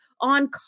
on